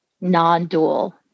non-dual